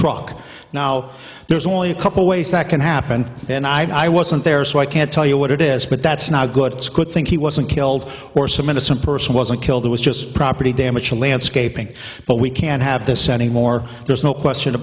truck now there's only a couple ways that can happen and i wasn't there so i can't tell you what it is but that's not good it's good think he wasn't killed or some innocent person wasn't killed it was just property damage to landscaping but we can't have this anymore there's no question